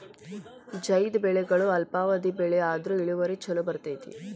ಝೈದ್ ಬೆಳೆಗಳು ಅಲ್ಪಾವಧಿ ಬೆಳೆ ಆದ್ರು ಇಳುವರಿ ಚುಲೋ ಬರ್ತೈತಿ